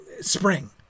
Spring